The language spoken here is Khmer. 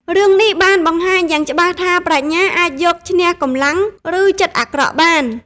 រឿងនេះបានបង្ហាញយ៉ាងច្បាស់ថា ប្រាជ្ញាអាចយកឈ្នះកម្លាំង ឬចិត្តអាក្រក់បាន។